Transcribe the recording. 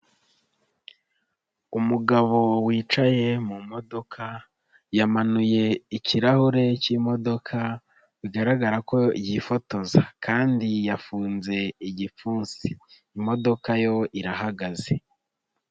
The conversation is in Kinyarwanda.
Umugabo wicaye mu modoka, yamanuye ikirahure k'imodoka bigaragara ko yifotoza, kandi yafunze igipfunsi imodoka yo irahagaze.